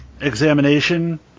examination